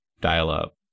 Dial-Up